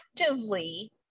actively